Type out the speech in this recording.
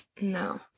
No